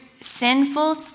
sinful